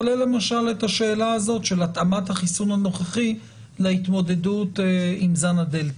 כולל למשל את השאלה הזאת של התאמת החיסון הנוכחי להתמודדות עם זן הדלתא,